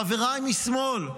חבריי משמאל,